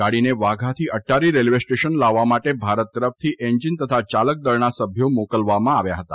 ગાડીને વાઘાથી Attari railway station લાવવા માટે ભારત તરફથી એન્જીન અને ચાલક દળના સભ્યો મોકલવામાં આવ્યા હતા